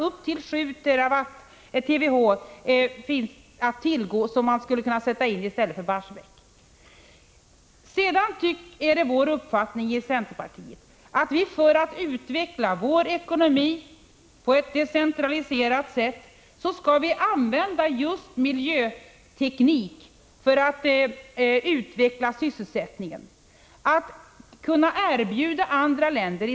Upp till 7 TWh finns att tillgå, som skulle kunna sättas in i stället för Barsebäck. Det är vår uppfattning inom centerpartiet att vi, för att utveckla vår sysselsättning och vår ekonomi på ett decentraliserat sätt, skall använda just miljöteknik. Den kan vi erbjuda andra länder.